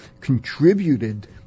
contributed